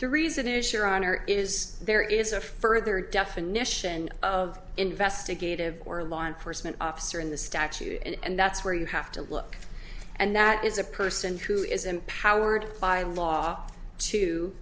the reason is your honor is there is a further definition of investigative or law enforcement officer in the statute and that's where you have to look and that is a person who is empowered by law to